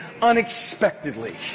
unexpectedly